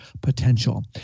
potential